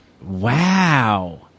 Wow